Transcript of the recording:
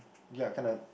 ya kinda